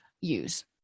use